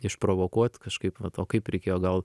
išprovokuot kažkaip vat o kaip reikėjo gal